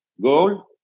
goal